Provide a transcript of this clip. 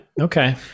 okay